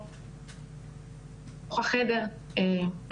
זה גורם איפה שהוא לחוות את זה שוב.